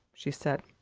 she said.